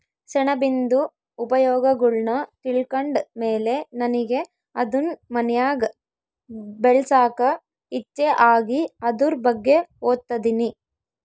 ಸೆಣಬಿಂದು ಉಪಯೋಗಗುಳ್ನ ತಿಳ್ಕಂಡ್ ಮೇಲೆ ನನಿಗೆ ಅದುನ್ ಮನ್ಯಾಗ್ ಬೆಳ್ಸಾಕ ಇಚ್ಚೆ ಆಗಿ ಅದುರ್ ಬಗ್ಗೆ ಓದ್ತದಿನಿ